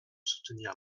soutenir